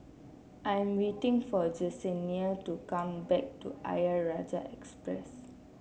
I am waiting for Jesenia to come back to Ayer Rajah Expressway